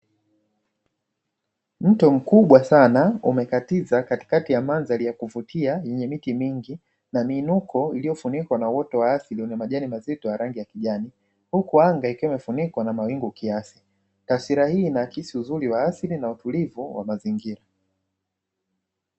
Mto mkubwa sana umekatiza katikati ya mandhari ya kuvutia yenye miti mingi na miinuko uliyofunikwa na uoto wa asili wa majani mazito ya rangi ya kijani, huku anga ikiwa imefunikwa na wingu kiasi. Taswira hii inaakisi uzuri wa asili na utulivu wa mazingira.